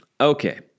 Okay